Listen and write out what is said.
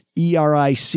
eric